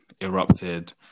erupted